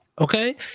Okay